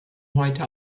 heute